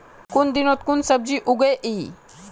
कुन दिनोत कुन सब्जी उगेई?